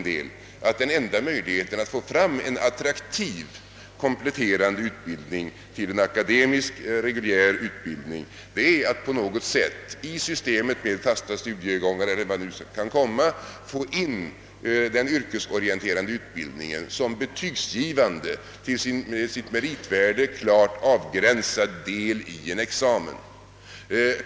Den enda möjligheten att få fram en attraktiv, kompletterande utbildning till den reguljära akademiska tror jag är att i systemet med fasta studiegångar — eller hur det nu skall göras — lägga in en yrkesorienterande utbildning som är betygsgivande och vars betygsvärde är klart avgränsat i en examen.